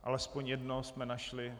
Alespoň jednoho jsme našli.